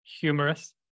humorous